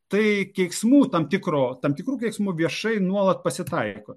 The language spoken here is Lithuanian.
tai keiksmų tam tikro tam tikrų keiksmų viešai nuolat pasitaiko